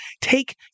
take